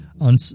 on